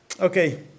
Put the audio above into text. Okay